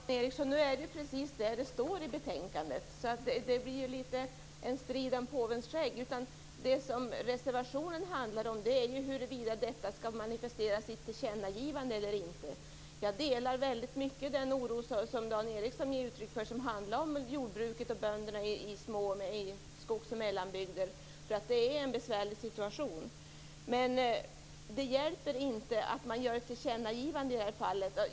Herr talman! Det är precis det som står i betänkandet, så det här blir en strid om påvens skägg. Det som reservationen handlar om är att detta skall manifesteras i ett tillkännagivande. Jag delar mycket av den oro som Dan Ericsson ger uttryck för och som handlar om jordbruket och bönderna i skogs och mellanbygder, där det är en besvärlig situation. Men det hjälper inte att man gör ett tillkännagivande i det här fallet.